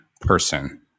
person